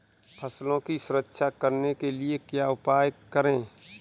फसलों की सुरक्षा करने के लिए क्या उपाय करें?